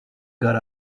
got